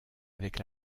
avec